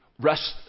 rest